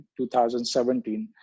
2017